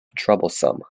troublesome